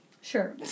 Sure